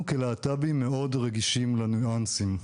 אנחנו כלהט"בים מאוד רגישים לניואנסים.